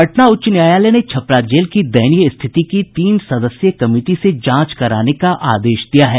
पटना उच्च न्यायालय ने छपरा जेल की दयनीय स्थिति की तीन सदस्यीय कमिटी से जांच कराने का आदेश दिया है